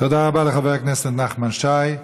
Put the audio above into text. תודה רבה לחבר הכנסת נחמן שי.